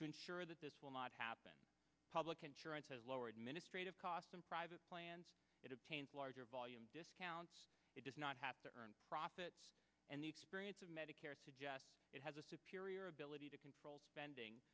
to ensure that this will not happen public insurance has lower administrative costs than private plans it obtains larger volume discounts not have to earn profits and the experience of medicare suggests it has a superior ability to control spending